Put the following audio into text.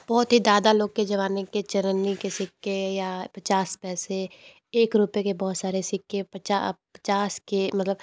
बहुत ही दादा लोग के जमाने के चवन्नी के सिक्के या पचास पैसे एक रुपए के बहुत सारे सिक्के पचास पचास के मतलब